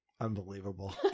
Unbelievable